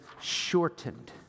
shortened